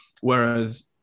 Whereas